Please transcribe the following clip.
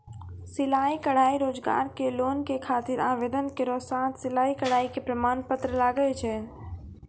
सिलाई कढ़ाई रोजगार के लोन के खातिर आवेदन केरो साथ सिलाई कढ़ाई के प्रमाण पत्र लागै छै?